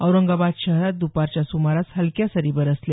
औरंगाबाद शहरात दुपारच्या सुमारास हलक्या सरी बरसल्या